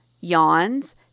yawns